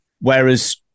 Whereas